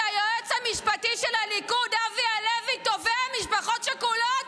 היועץ המשפטי של הליכוד אבי הלוי תובע משפחות שכולות,